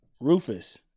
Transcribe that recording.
Rufus